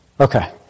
Okay